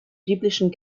biblischen